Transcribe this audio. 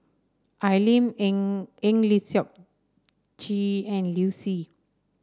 Al Lim Eng Eng Lee Seok Chee and Liu Si